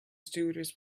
stewardess